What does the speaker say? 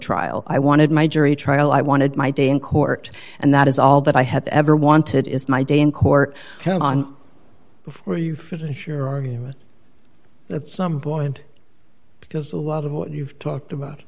trial i wanted my jury trial i wanted my day in court and that is all that i have ever wanted is my day in court before you finish or are you at some point because a lot of what you've talked about